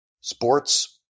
sports